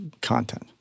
content